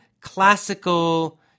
classical